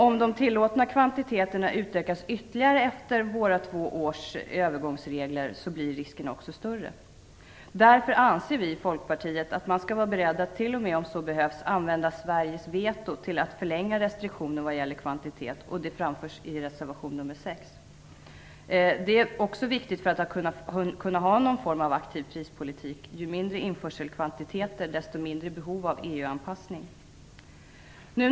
Om de tillåtna kvantiteterna utökas ytterligare efter våra två år av övergångsregler blir risken också större. Därför anser vi i Folkpartiet att man skall vara beredd att t.o.m., om så behövs, använda Sveriges veto till att förlänga restriktionen vad gäller kvantiteterna. Detta framförs i reservation nr 6. Detta är också viktigt för att man skall kunna ha kvar någon form av aktiv prispolitik. Ju mindre införselkvantiteter vi har, desto mindre behov har vi av EU-anpassning.